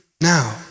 now